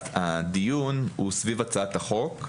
הדיון הוא סביב הצעת החוק,